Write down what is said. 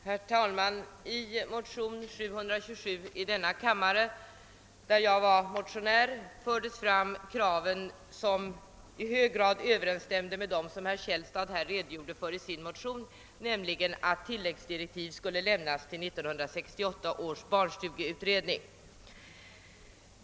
Herr talman! Jag tillhör dem som i motionen II: 727 framfört krav vilka i hög grad överensstämmer med dem som herr Källstad redogjort för i sin motion, nämligen att tilläggsdirektiv skulle lämnas till 1968 års barnstugeutredning.